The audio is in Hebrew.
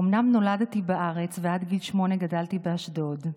אומנם נולדתי בארץ ועד גיל שמונה גדלתי באשדוד,